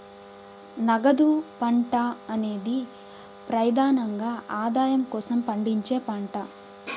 నగదు పంట అనేది ప్రెదానంగా ఆదాయం కోసం పండించే పంట